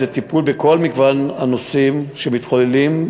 זה טיפול בכל מגוון הנושאים שמתחוללים,